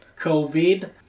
COVID